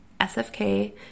SFK